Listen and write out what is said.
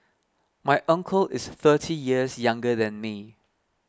my uncle is thirty years younger than me